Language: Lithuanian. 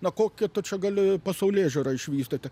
na kokią tu čia gali pasaulėžiūrą išvystyti